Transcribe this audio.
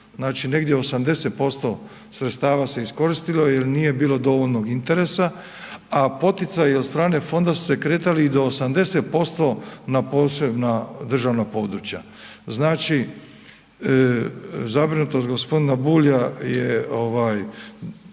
Znači negdje 80% sredstava se iskoristilo jer nije bilo dovoljnog interesa a poticaji od strane fonda su se kretali i do 80% na posebna državna područja. Znači, zabrinutost g. Bulja je